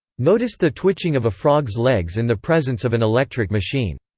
noticed the twitching of a frog's legs in the presence of an electric machine.